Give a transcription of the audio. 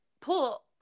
pull